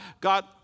God